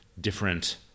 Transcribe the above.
different